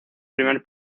primer